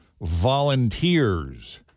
volunteers